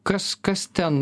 kas kas ten